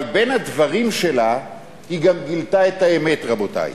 אבל בין הדברים שלה היא גם גילתה את האמת, רבותי,